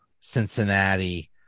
Cincinnati –